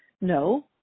No